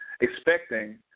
expecting